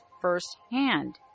firsthand